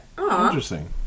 interesting